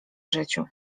życiu